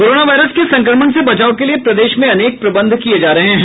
corona virus के संक्रमण से बचाव के लिये प्रदेश में अनेक प्रबंध किये जा रहे हैं